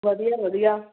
ਵਧੀਆ ਵਧੀਆ